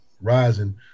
rising